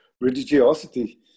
religiosity